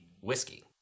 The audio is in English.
whiskey